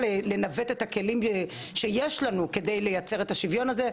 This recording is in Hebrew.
לנווט את הכלים שיש לנו כדי לייצר את השוויון הזה,